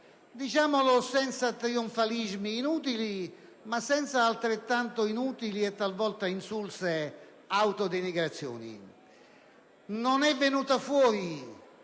diciamolo senza trionfalismi inutili, ma senza altrettanto inutili e talvolta insulse autodenigrazioni. Non vi è stata una